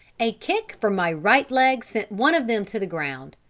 a kick from my right leg sent one of them to the ground,